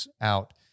out